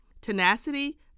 Tenacity